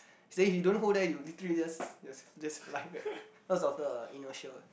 say if you don't hold that you literally just just just fly back cause of the inertia what